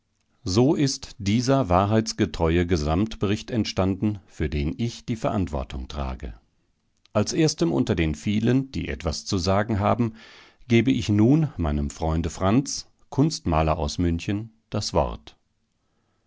so ist dieser wahrheitsgetreue gesamtbericht entstanden für den ich die verantwortung trage als erstem unter den vielen die etwas zu sagen haben gebe ich nun meinem freunde franz kunstmaler aus münchen das wort